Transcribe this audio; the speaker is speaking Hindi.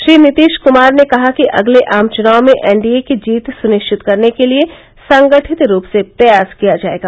श्री नीतीश कुमार ने कहा कि अगले आम चुनाव में एनडीए की जीत सुनिश्चित करने के लिए संगठित रूप से प्रयास किया जायेगा